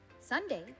Sunday